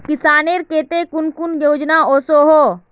किसानेर केते कुन कुन योजना ओसोहो?